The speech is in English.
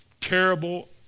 terrible